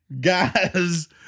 guys